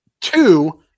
two